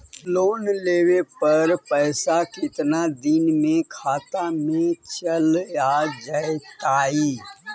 Loan लेब पर पैसा कितना दिन में खाता में चल आ जैताई?